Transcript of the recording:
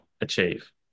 achieve